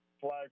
flag